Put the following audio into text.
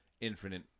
infinite